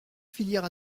filière